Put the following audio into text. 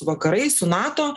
vakarais su nato